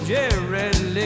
Jerry